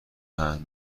پهن